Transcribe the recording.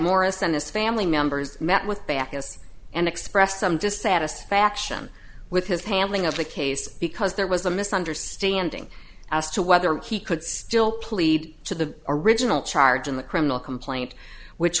morris and his family members met with baucus and expressed some dissatisfaction with his handling of the case because there was a misunderstanding as to whether he could still plead to the original charge in the criminal complaint which